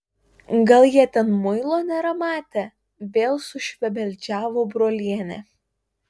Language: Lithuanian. gal jie ten muilo nėra matę vėl sušvebeldžiavo brolienė